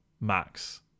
Max